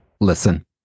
listen